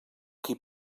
qui